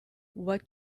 what